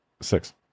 six